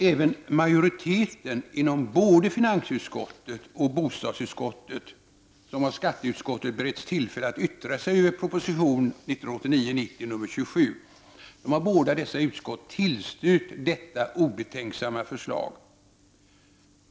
Även majoriteten inom både finansutskottet och bostadsutskottet, som av skatteutskottet har beretts tillfälle att yttra sig över proposition 1989/90:96, har tillstyrkt detta obetänksamma förslag.